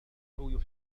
يحبون